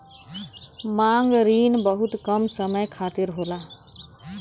मांग रिन बहुत कम समय खातिर होला